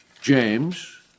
James